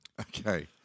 Okay